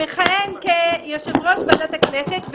המכהן כיושב-ראש ועדת הכנסת,